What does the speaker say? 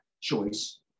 choice